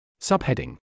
Subheading